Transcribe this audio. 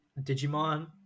Digimon